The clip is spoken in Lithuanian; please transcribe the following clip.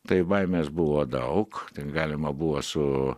tai baimės buvo daug ten galima buvo su